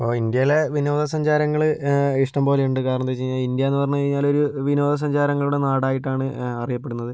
ഇപ്പോൾ ഇന്ത്യയിലെ വിനോദ സഞ്ചാരങ്ങള് ഇഷ്ടംപോലെ ഉണ്ട് കാരണമെന്താ വെച്ചു കഴിഞ്ഞാൽ ഇന്ത്യയെന്നു പറഞ്ഞു കഴിഞ്ഞാലൊരു വിനോദ സഞ്ചാരങ്ങളുടെ നാടായിട്ടാണ് അറിയപ്പെടുന്നത്